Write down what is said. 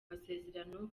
masezerano